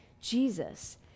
Jesus